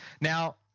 Now